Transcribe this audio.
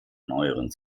neueren